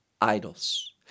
idols